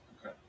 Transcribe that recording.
Okay